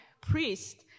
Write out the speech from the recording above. priest